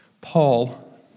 Paul